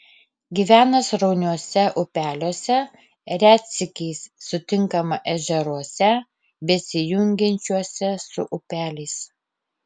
gyvena srauniuose upeliuose retsykiais sutinkama ežeruose besijungiančiuose su upeliais